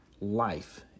life